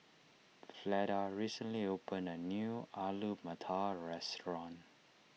Fleda recently opened a new Alu Matar restaurant